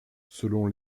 selon